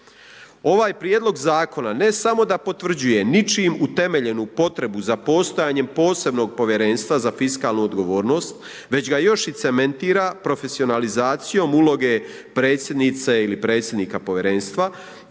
Ovaj Prijedlog zakona ne samo da potvrđuje ničim utemeljenu potrebu za postojanjem posebnog Povjerenstva za fiskalnu odgovornost, već ga još i cementira profesionalizacijom uloge predsjednice ili predsjednika Povjerenstva